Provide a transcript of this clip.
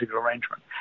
arrangement